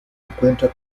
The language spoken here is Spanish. encuentra